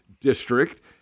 district